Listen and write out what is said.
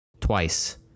twice